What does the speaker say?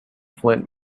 flint